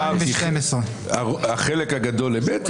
212. החלק הגדול אמת,